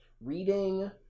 reading